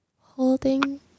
Holding